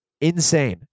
insane